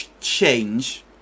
change